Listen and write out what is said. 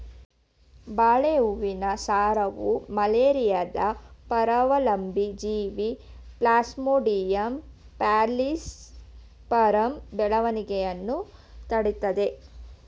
ಬಾಳೆ ಹೂವಿನ ಸಾರವು ಮಲೇರಿಯಾದ ಪರಾವಲಂಬಿ ಜೀವಿ ಪ್ಲಾಸ್ಮೋಡಿಯಂ ಫಾಲ್ಸಿಪಾರಮ್ ಬೆಳವಣಿಗೆಯನ್ನು ತಡಿತದೇ